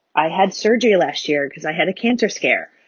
i had surgery last year because i had a cancer scare.